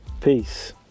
Peace